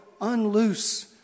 unloose